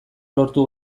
lortu